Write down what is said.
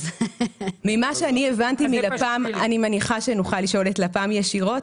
ממה שהבנתי מלפ"ם אני מניחה שנוכל לשאול את לפ"ם ישירות,